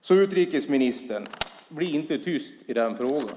Så utrikesministern: Bli inte tyst i den frågan!